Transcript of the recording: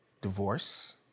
divorce